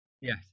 yes